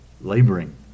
laboring